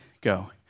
Go